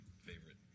favorite